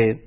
निधन